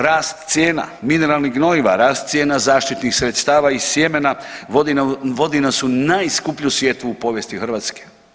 Rast cijena mineralnih gnojiva, rast cijena zaštitnih sredstava i sjemena vodi nas u najskuplju sjetvu u povijesti Hrvatske.